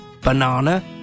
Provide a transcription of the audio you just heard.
banana